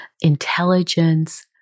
intelligence